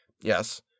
Yes